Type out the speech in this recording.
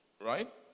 Right